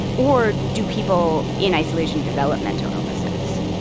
or do people in isolation develop mental illnesses?